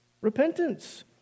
Repentance